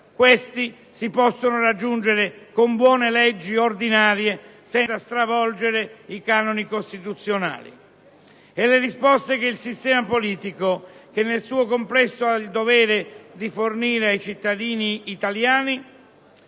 Questi si possono raggiungere con buone leggi ordinarie, senza stravolgere i canoni costituzionali. Le risposte che il sistema politico nel suo complesso ha il dovere di fornire ai cittadini italiani